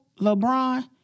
LeBron